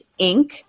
Inc